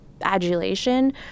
adulation